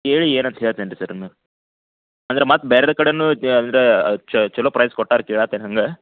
ಕೇಳಿ ಏನಂತ ಹೇಳ್ತೇನೆ ರೀ ಸರ್ ನಾನು ಅಂದರೆ ಮತ್ತೆ ಬೇರೇರ್ ಕಡೆಯೂ ಚೊಲೋ ಪ್ರೈಸ್ ಕೊಟ್ಟಾರೋ ಕೇಳೋಹತ್ತೇನ್ ಹಂಗೆ